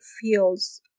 feels